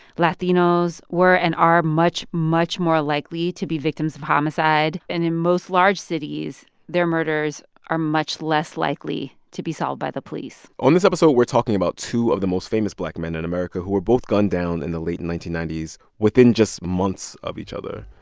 latinos were and are much, much more likely to be victims of homicide. and in most large cities, their murders are much less likely to be solved by the police on this episode, we're talking about two of the most famous black men in america who were both gunned down in the late nineteen ninety s within just months of each other.